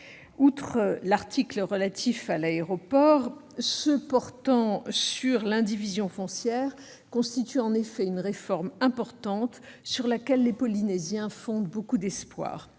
Outre l'article relatif à l'aéroport, ceux qui portent sur l'indivision foncière constituent une réforme importante, sur laquelle les Polynésiens fondent beaucoup d'espoir.